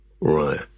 Right